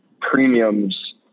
premiums